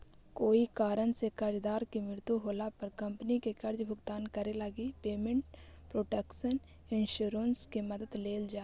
कोई कारण से कर्जदार के मृत्यु होला पर कंपनी के कर्ज भुगतान करे लगी पेमेंट प्रोटक्शन इंश्योरेंस के मदद लेल जा हइ